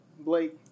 Blake